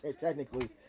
technically